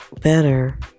better